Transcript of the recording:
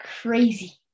crazy